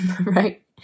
right